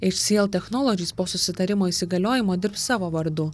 iš si el technolodžys po susitarimo įsigaliojimo dirbs savo vardu